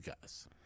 guys